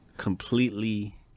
Completely